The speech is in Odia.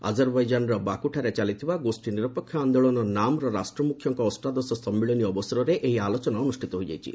ଆଜରବୈଜାନ୍ର ବାକୁଠାରେ ଚାଲିଥିବା ଗୋଷ୍ଠୀ ନିରପେକ୍ଷ ଆନ୍ଦୋଳନ ନାମ୍ର ରାଷ୍ଟ୍ରମୁଖ୍ୟଙ୍କ ଅଷ୍ଟାଦଶ ସମ୍ମିଳନୀ ଅବସରରେ ଏହି ଆଲୋଚନା ଅନୁଷ୍ଠିତ ହୋଇଯାଇଛି